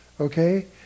Okay